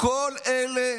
כל אלה